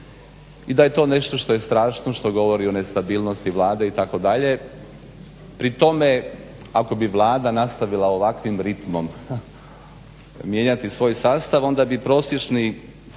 i da je to nešto što je strašno što govori o nestabilnosti Vlade itd. pri tome ako bi Vlada nastavila ovakvim ritmom mijenjati svoj sastav onda bi prosječni